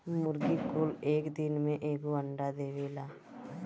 मुर्गी कुल एक दिन में एगो अंडा देवेला